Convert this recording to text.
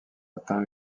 atteint